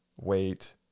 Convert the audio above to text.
wait